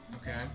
Okay